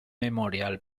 memorial